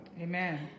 Amen